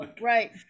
Right